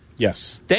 Yes